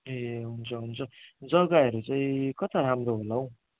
ए हुन्छ हुन्छ जग्गाहरू चाहिँ कता राम्रो होला हौ